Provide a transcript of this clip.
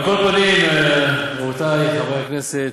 על כל פנים, רבותי חברי הכנסת,